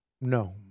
No